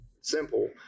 Simple